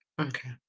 Okay